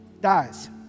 dies